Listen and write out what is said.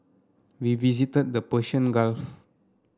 we visited the Persian Gulf